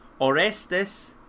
Orestes